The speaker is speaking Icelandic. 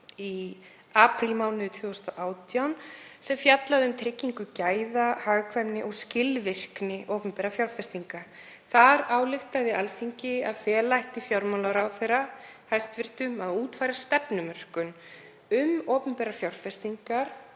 í aprílmánuði 2018 sem fjallaði um tryggingu gæða, hagkvæmni og skilvirkni opinberra fjárfestinga. Þar ályktaði Alþingi að fela ætti hæstv. fjármálaráðherra að útfæra stefnumörkun um opinberar fjárfestingar,